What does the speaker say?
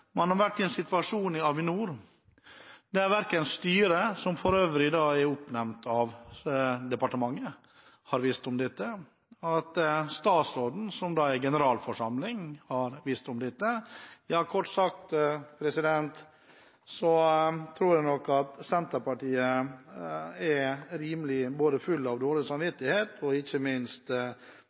man har vært i en situasjon i Avinor der verken styret, som for øvrig er oppnevnt av departementet, eller statsråden, som er generalforsamling, har visst om dette. Ja, kort sagt tror jeg nok at Senterpartiet er rimelig full av dårlig samvittighet og ikke minst